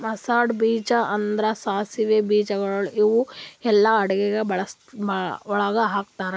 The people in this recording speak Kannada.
ಮಸ್ತಾರ್ಡ್ ಬೀಜ ಅಂದುರ್ ಸಾಸಿವೆ ಬೀಜಗೊಳ್ ಇವು ಎಲ್ಲಾ ಅಡಗಿ ಒಳಗ್ ಹಾಕತಾರ್